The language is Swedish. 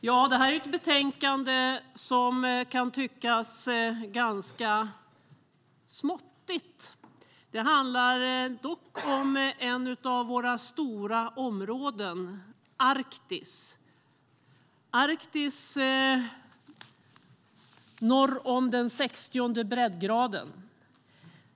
Herr ålderspresident! Det här är ett betänkande som kan tyckas ganska småttigt. Det handlar dock om ett av våra stora områden, Arktis, norr om den 60:e breddgraden.